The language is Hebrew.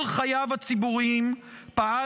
כל חייו הציבוריים פעל